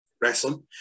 wrestling